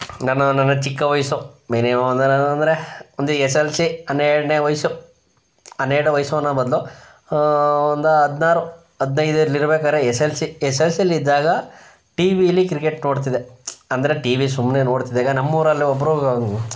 ನಾನು ನನ್ನ ಚಿಕ್ಕ ವಯಸ್ಸು ಮಿನಿಮಮ್ ಅಂದರೆ ಒಂದು ಎಸ್ ಎಲ್ ಸಿ ಹನ್ನೆರಡನೇ ವಯಸ್ಸು ಹನ್ನೆರಡು ವಯಸ್ಸು ಅನ್ನೋ ಬದಲು ಒಂದು ಹದಿನಾರು ಹದಿನೈದರಲ್ಲಿ ಇರಬೇಕಾದ್ರೆ S L C S L ಸಿಲಿ ಇದ್ದಾಗ ಟಿವಿಲಿ ಕ್ರಿಕೆಟ್ ನೋಡ್ತಿದ್ದೆ ಅಂದರೆ ಟಿವಿ ಸುಮ್ಮನೇ ನೋಡ್ತಿದ್ದಾಗ ನಮ್ಮೂರಲ್ಲಿ ಒಬ್ಬರು